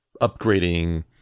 upgrading